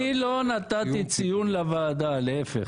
אני לא נתתי ציון לוועדה, להיפך.